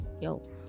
yo